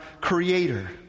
creator